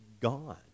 gone